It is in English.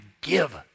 give